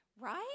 right